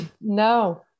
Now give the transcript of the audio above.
No